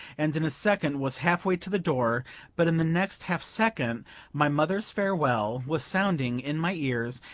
and in a second was half-way to the door but in the next half-second my mother's farewell was sounding in my ears,